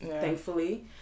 thankfully